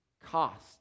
cost